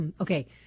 okay